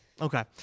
Okay